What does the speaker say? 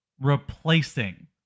replacing